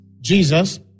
Jesus